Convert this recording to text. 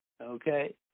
okay